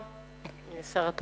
לא